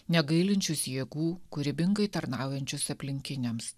negailinčius jėgų kūrybingai tarnaujančius aplinkiniams